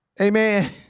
Amen